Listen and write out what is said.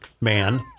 man